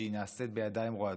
שהיא נעשית בידיים רועדות.